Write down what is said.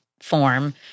form